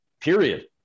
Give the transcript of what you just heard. period